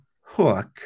hook